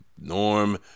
Norm